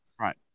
right